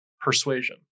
persuasion